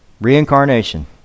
Reincarnation